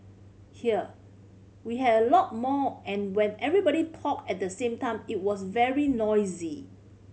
here we had a lot more and when everybody talked at the same time it was very noisy